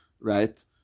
right